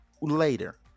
later